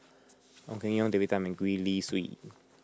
Ong Keng Yong David Tham and Gwee Li Sui